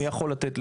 מי יכול לתת לי?